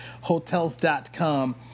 hotels.com